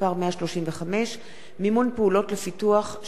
(מימון פעולות לפיתוח שירותים לילדים בסיכון),